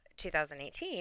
2018